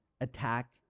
attack